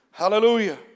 Hallelujah